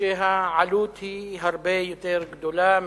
שהעלות בהן היא הרבה יותר גדולה,